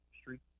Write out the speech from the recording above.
street